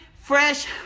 fresh